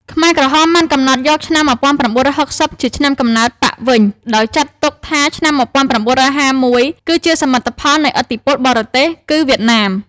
ខ្មែរក្រហមបានកំណត់យកឆ្នាំ១៩៦០ ជាឆ្នាំកំណើតបក្សវិញ ដោយចាត់ទុកថាឆ្នាំ១៩៥១ គឺជាសមិទ្ធផលនៃឥទ្ធិពលបរទេស (គឺវៀតណាម)។